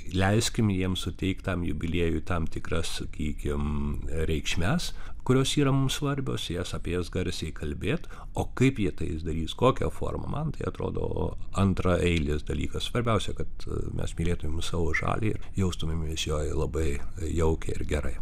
leiskim jiems suteiktam jubiliejui tam tikras sakykim reikšmes kurios yra mums svarbios jas apie jas garsiai kalbėt o kaip jie tą eis darys kokia forma man tai atrodo antraeilis dalykas svarbiausia kad mes mylėtumėm savo šalį ir jaustumėmės joj labai jaukiai ir gerai